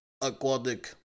aquatic